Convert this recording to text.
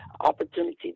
opportunity